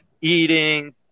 eating